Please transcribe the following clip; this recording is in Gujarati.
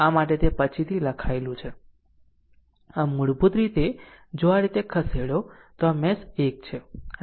આમ મૂળભૂત રીતે જો આ રીતે ખસેડો આ મેશ 1 છે અને આ મેશ 2 છે